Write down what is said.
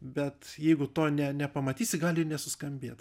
bet jeigu to ne nepamatysi gali ir nesuskambėt